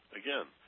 again